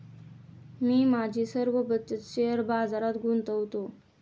मी माझी सर्व बचत शेअर बाजारात गुंतवतो